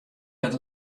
dat